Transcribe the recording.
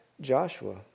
Joshua